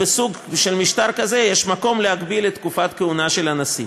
בסוג של משטר כזה יש מקום להגביל את תקופת הכהונה של הנשיא.